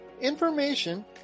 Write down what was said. information